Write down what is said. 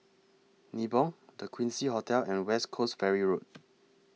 Nibong The Quincy Hotel and West Coast Ferry Road